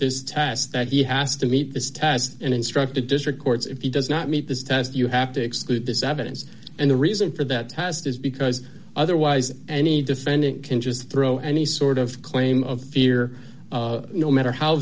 this test that he has to meet this test and instruct a district courts if he does not meet this test you have to exclude this evidence and the reason for that test is because otherwise any defendant can just throw any sort of claim of fear no matter how